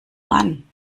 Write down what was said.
mann